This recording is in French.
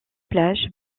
plages